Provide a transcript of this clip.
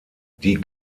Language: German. die